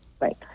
right